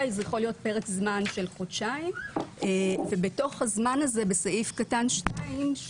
זה יכול להיות פרק זמן של חודשיים ובתוך הזמן הזה בסעיף קטן (2),